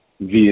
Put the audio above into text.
via